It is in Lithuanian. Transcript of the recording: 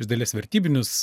iš dalies vertybinius